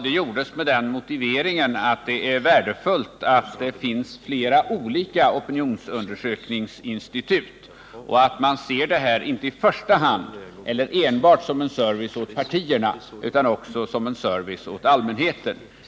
Det gjordes med den motiveringen att det är värdefullt att det finns flera olika opinionsundersökningsinstitut och att man inte enbart ser detta som en service åt partierna utan som en service åt allmänheten.